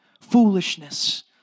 foolishness